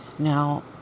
Now